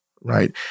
right